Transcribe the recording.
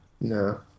No